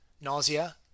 nausea